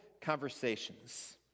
Conversations